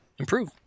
improve